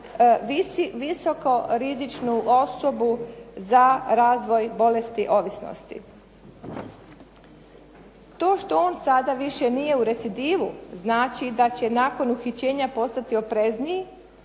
visoko rizičnu osobu za razvoj bolesti i ovisnosti. To što on sada više nije u recidivu znači da će nakon uhićenja postati oprezniji,